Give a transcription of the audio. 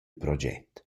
proget